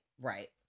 Right